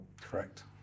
correct